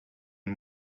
den